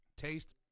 taste